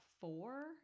four